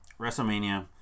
Wrestlemania